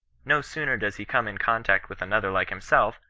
no sooner does he come in con tact with another like himself,